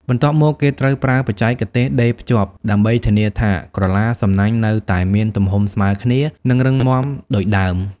បន្ទាប់មកគេត្រូវប្រើបច្ចេកទេសដេរភ្ជាប់ ដើម្បីធានាថាក្រឡាសំណាញ់នៅតែមានទំហំស្មើគ្នា និងរឹងមាំដូចដើម។